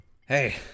Hey